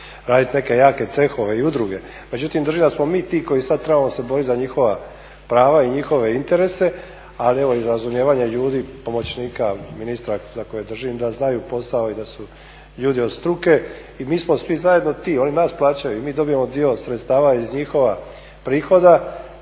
radit neke jake cehove i udruge. Međutim, držim da smo mi ti koji sad trebamo se borit za njihova prava i njihove interese, ali evo i razumijevanje ljudi, pomoćnika ministra za koje držim da znaju posao i da su ljudi od struke. I mi smo svi zajedno ti, oni nas plaćaju i mi dobivamo dio sredstava iz njihova prihoda,